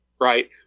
right